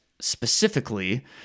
specifically